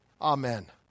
Amen